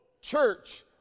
church